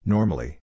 Normally